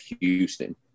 Houston